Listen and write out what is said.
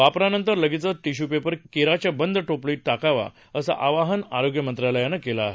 वापरानंतर लगेचच टिश्यूपेपर केराच्या बंद टोपलीत टाकावा असं आवाहन आरोग्य मंत्रालयानं केलं आहे